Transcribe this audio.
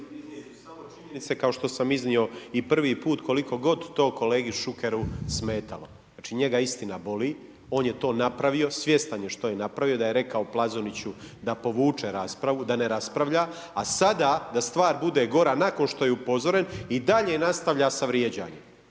ću samo činjenice kao što sam iznio i prvi put koliko god to kolegi Šukeru smetalo, znači, njega istina boli, on je to napravio, svjestan je što je napravio da je rekao Plazoniću da povuče raspravu, da ne raspravlja, a sada da stvar bude gora, nakon što je upozoren i dalje nastavlja sa vrijeđanjem